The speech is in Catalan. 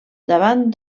davant